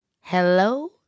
Hello